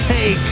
Hey